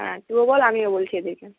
হ্যাঁ তুইও বল আমিও বলছি এদিকে